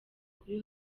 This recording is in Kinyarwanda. kuri